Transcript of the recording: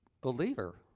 believer